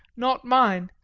not mine,